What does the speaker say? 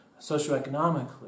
socioeconomically